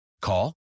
Call